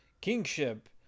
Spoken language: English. kingship